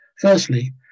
Firstly